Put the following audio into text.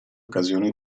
occasioni